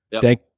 Thank